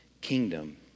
Kingdom